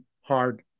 hard